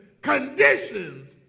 conditions